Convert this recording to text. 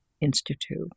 Institute